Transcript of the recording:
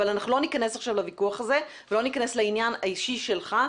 אבל אנחנו לא ניכנס עכשיו לוויכוח הזה ולא ניכנס לעניין האישי שלך.